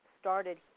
started